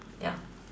ya